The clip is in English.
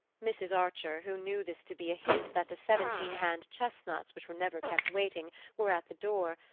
mrs. archer, who knew this to be a hint that the seventeen-hand chestnuts which were never kept waiting were at the door,